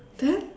then